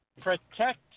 protect